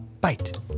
bite